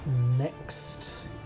next